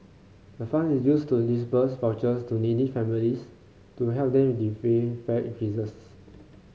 the fund is used to disburse vouchers to needy families to help them defray fare increases